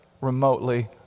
remotely